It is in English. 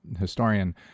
historian